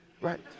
right